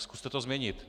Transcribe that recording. Zkuste to změnit.